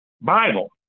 Bible